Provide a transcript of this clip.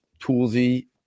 toolsy